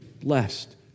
blessed